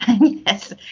yes